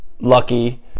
lucky